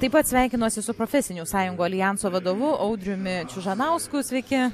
taip pat sveikinosi su profesinių sąjungų aljanso vadovu audriumi čiužanausku sveiki